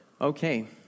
Okay